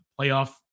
playoff